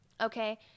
okay